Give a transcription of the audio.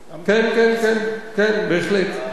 כן, כן, בהחלט.